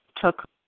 took